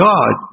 God